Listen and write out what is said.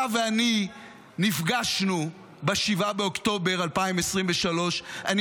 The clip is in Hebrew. אתה ואני נפגשנו ב-7 באוקטובר 2023. אני